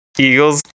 eagles